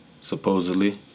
supposedly